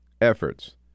efforts